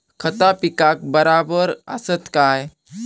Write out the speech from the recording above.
खता पिकाक बराबर आसत काय?